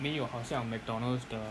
没有好像 McDonald's 的